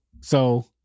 So-